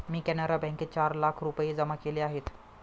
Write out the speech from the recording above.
मी कॅनरा बँकेत चार लाख रुपये जमा केले आहेत